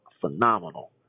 phenomenal